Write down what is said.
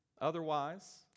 otherwise